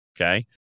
okay